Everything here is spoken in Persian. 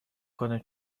کنم